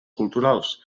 culturals